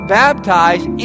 baptized